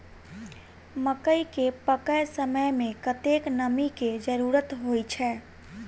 मकई केँ पकै समय मे कतेक नमी केँ जरूरत होइ छै?